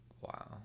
wow